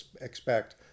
expect